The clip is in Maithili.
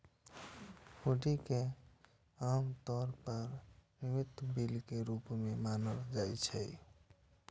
हुंडी कें आम तौर पर विनिमय बिल के रूप मे मानल जाइ छै